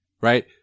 right